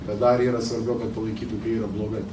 bet dar yra svarbiau kad palaikytų kai yra blogai